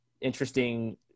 interesting